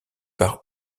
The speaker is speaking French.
par